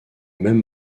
même